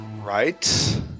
right